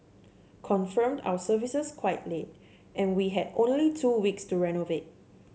confirmed our services quite late and we had only two weeks to renovate